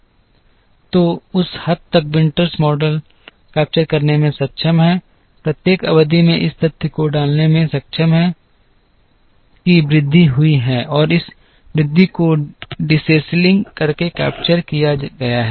तो उस हद तक विंटर्स मॉडल कैप्चर करने में सक्षम है प्रत्येक अवधि में इस तथ्य को डालने में सक्षम है कि वृद्धि हुई है और इस वृद्धि को डिसेंसिलिंग करके कैप्चर किया गया है